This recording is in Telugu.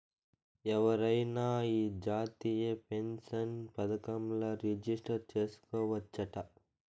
ఎవరైనా ఈ జాతీయ పెన్సన్ పదకంల రిజిస్టర్ చేసుకోవచ్చట